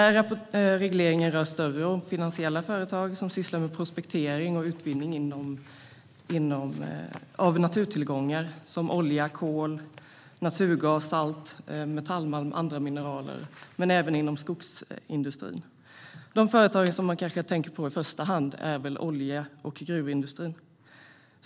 Regleringen rör större och finansiella företag som sysslar med prospektering och utvinning av naturtillgångar som olja, kol, naturgas, metallmalm och andra mineraler och även skogsindustrin. De företag man tänker på i första hand är olje och gruvindustrin.